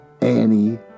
Annie